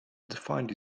defined